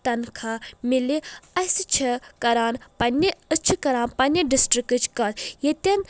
تنخاہ مِلہِ اسہِ چھِ کران پننہِ أسۍ چھِ کران پننہِ ڈسٹرکٕچ کتھ ییٚتٮ۪ن